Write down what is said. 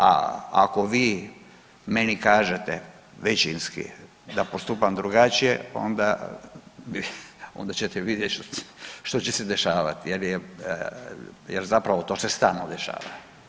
A ako vi meni kažete većinski da postupam drugačije, onda ćete vidjet što će se dešavati jer zapravo to se stalno dešava.